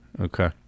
Okay